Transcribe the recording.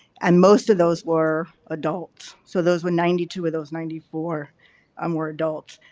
and most of those were adults. so, those were ninety two of those ninety four um were adults.